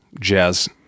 jazz